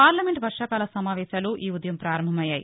parliament వర్వాకాల సమావేశాలు ఈ ఉదయం పారంభమయ్యాయి